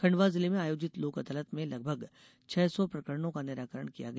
खंडवा जिले में आयोजित लोक अदालत में लगभग छह सौ प्रकरणों का निराकरण किया गया